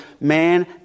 man